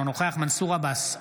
אינו נוכח מנסור עבאס,